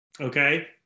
Okay